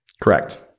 Correct